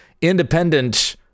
independent